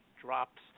drops